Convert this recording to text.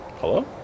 Hello